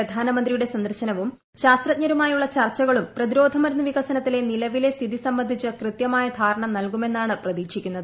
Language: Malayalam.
പ്രധാനമന്ത്രിയുടെ സന്ദർശനവും ശാസ്ത്രജ്ഞരുമായുള്ള് പ്രർച്ചകളും പ്രതിരോധമരുന്ന് വികസനത്തിലെ നിലവിലെ സ്ഥിതി സ്പ്ബന്ധിച്ച് കൃത്യമായ ധാരണ നൽകുമെന്നാണ് പ്രതീക്ഷിക്കുന്നത്